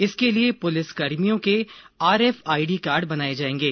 इसके लिए पुलिस कर्मियों के आरएफआईडी कार्ड बनाए जाएंगे